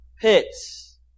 pits